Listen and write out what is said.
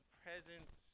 presence